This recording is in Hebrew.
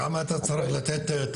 כמה אתה צריך לתת?